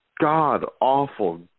God-awful